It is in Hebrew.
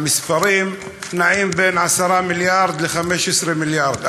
והמספרים נעים בין 10 מיליארד ל-15 מיליארד,